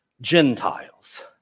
Gentiles